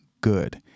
good